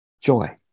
joy